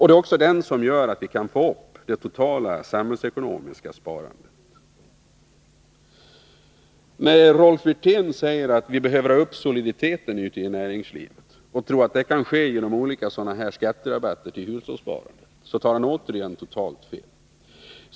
Det är också den som gör att vi kan få upp det totala sparandet i samhället. Rolf Wirtén sade att vi behöver ha upp soliditeten i näringslivet och trodde att det kan ske genom olika skatterabatter till hushållssparandet. Han tar också totalt fel.